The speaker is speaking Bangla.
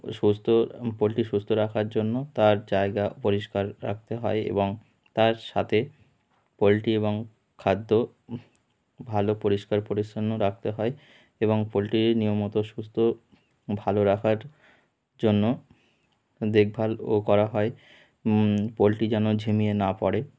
সুস্থ পোলট্রি সুস্থ রাখার জন্য তার জায়গা পরিষ্কার রাখতে হয় এবং তার সাথে পোলট্রি এবং খাদ্য ভালো পরিষ্কার পরিচ্ছন্ন রাখতে হয় এবং পোলট্রি নিয়মমতো সুস্থ ভালো রাখার জন্য দেখভালও করা হয় পোলট্রি যেন ঝিমিয়ে না পড়ে